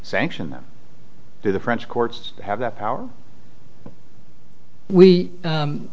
sanction them to the french courts have that power we